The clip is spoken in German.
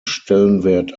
stellenwert